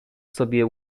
sobie